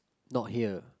not here